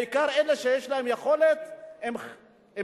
בעיקר אלה שיש להם יכולת הם משלמים,